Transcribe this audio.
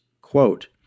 quote